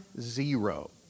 zero